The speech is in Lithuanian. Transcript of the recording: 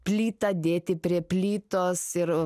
plytą dėti prie plytos ir